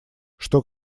что